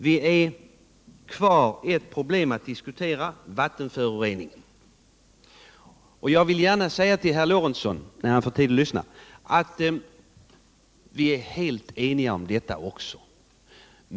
Vi har kvar ett problem att diskutera: vattenföroreningarna. Jag vill gärna säga till herr Lorentzon — när han får tid att lyssna —- att vi är helt eniga också om detta.